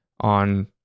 on